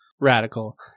radical